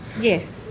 Yes